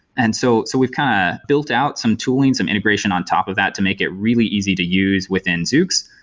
and so so we've kind of built out some tooling, some integration on top of that to make it really easy to use within zoox.